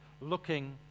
looking